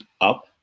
up